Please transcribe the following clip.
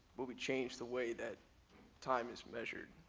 would we change the way that time is measured.